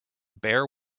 bare